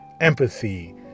empathy